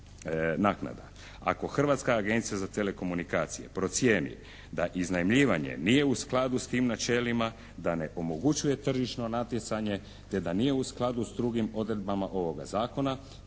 naknada. Ako Hrvatska agencija za telekomunikacije procijeni da iznajmljivanje nije u skladu s tim načelima, da ne omogućuje tržišno natjecanje te da nije u skladu s drugim odredbama ovoga zakona